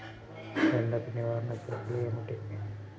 ఎండకు నివారణ చర్యలు ఏమిటి?